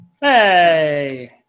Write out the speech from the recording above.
hey